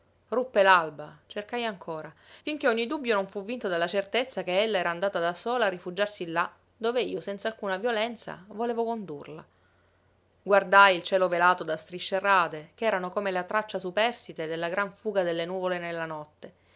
ruppe l'alba cercai ancora finché ogni dubbio non fu vinto dalla certezza che ella era andata da sola a rifugiarsi là dove io senza alcuna violenza volevo condurla guardai il cielo velato da strisce rade che erano come la traccia superstite della gran fuga delle nuvole nella notte